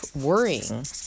worrying